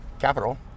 capital